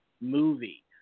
movie